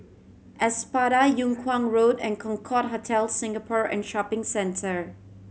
Espada Yung Kuang Road and Concorde Hotel Singapore and Shopping Centre